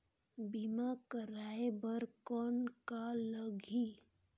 बीमा कराय बर कौन का लगही?